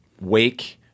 wake